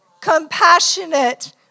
compassionate